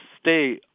stay